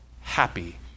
happy